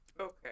Okay